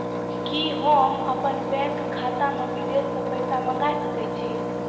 कि होम अपन बैंक खाता मे विदेश से पैसा मंगाय सकै छी?